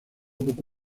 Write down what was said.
poco